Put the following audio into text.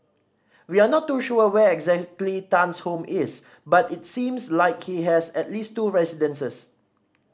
we are not too sure where exactly Tan's home is but it seems like he has at least two residences